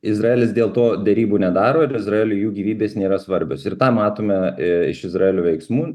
izraelis dėl to derybų nedaro ir izraeliui jų gyvybės nėra svarbios ir tą matome iš izraelio veiksmų